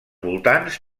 voltants